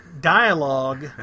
dialogue